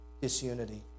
disunity